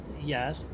yes